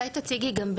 אולי תציגי גם,